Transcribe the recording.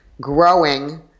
growing